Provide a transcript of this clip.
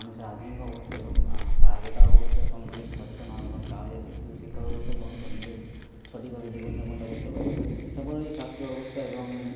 মানুষের আধুনিক অবস্থা এবং তার আগেকার অবস্থা সম্বন্ধে সচেতন হয় এবং তারা যাতে একটু শিক্ষাব্যবস্থা গ্রহণ করে নিজের জী সঠিকভাবে জীবনযাপনটা করতে পারে তারপর হচ্ছে স্বাস্থ্যব্যবস্থা এবং